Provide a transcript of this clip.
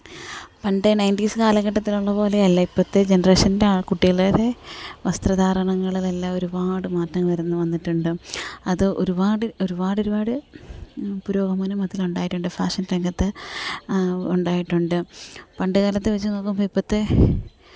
പണ്ടെ nineties കാലഘട്ടത്തിലുള്ള പോലേയല്ല ഇപ്പോഴത്തെ ജനറേഷന്റെ ആ കുട്ടികളുടെ വസ്ത്രധാരണങ്ങളിലെല്ലാം ഒരുപാട് മാറ്റം വരുന്നു വന്നിട്ടുണ്ട് അത് ഒരുപാട് ഒരുപാട് ഒരുപാട് പുരോഗമനം അതിൽ ഉണ്ടായിട്ടുണ്ട് ഫാഷന് രംഗത്ത് ഉണ്ടായിട്ടുണ്ട് പണ്ട് കാലത്ത് വെച്ച് നോക്കുമ്പം ഇപ്പോഴത്തെ